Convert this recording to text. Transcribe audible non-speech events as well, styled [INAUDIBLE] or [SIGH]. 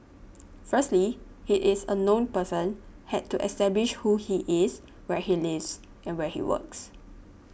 [NOISE] firstly he is a known person had to establish who he is where he lives where he works